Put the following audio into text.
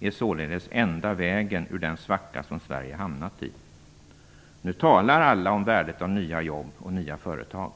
är således enda vägen ur den svacka som Sverige har hamnat i. Nu talar alla om värdet av nya jobb och nya företag.